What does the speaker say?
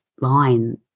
line